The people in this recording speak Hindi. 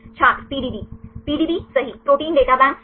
छात्र पीडीबी पीडीबी सही प्रोटीन डाटा बैंक सही